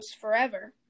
forever